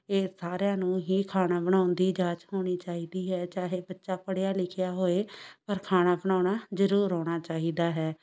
ਇਹ ਸਾਰਿਆਂ ਨੂੰ ਹੀ ਖਾਣਾ ਬਣਾਉਣ ਦੀ ਜਾਚ ਹੋਣੀ ਚਾਹੀਦੀ ਹੈ ਚਾਹੇ ਬੱਚਾ ਪੜ੍ਹਿਆ ਲਿਖਿਆ ਹੋਏ ਪਰ ਖਾਣਾ ਬਣਾਉਣਾ ਜ਼ਰੂਰ ਆਉਣਾ ਚਾਹੀਦਾ ਹੈ